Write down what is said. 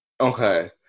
Okay